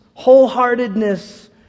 wholeheartedness